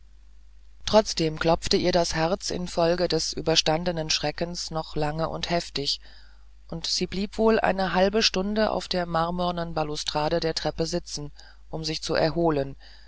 trotzdem klopfte ihr das herz infolge des überstandenen schreckens noch lange und heftig und sie blieb wohl eine halbe stunde auf der marmornen balustrade der treppe sitzen um sich zu erholen